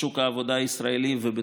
המרכיב הראשון הוא הגברת הנגישות של